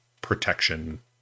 protection